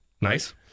Nice